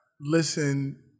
listen